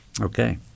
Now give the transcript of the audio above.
okay